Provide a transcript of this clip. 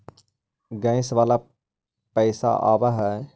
Gas वाला पैसा आव है?